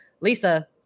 Lisa